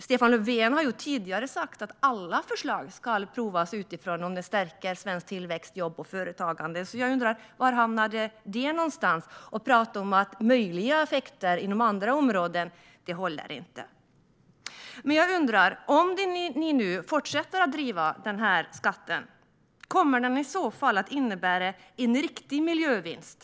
Stefan Löfven har tidigare sagt att alla förslag ska prövas utifrån huruvida de stärker tillväxt, jobb och företagande i Sverige. Var hamnade detta? Prat om möjliga effekter inom andra områden håller inte. Om ni nu fortsätter att driva på för denna skatt, kommer den i så fall att innebära en riktig miljövinst?